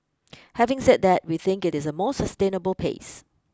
having said that we think it is a more sustainable pace